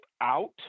out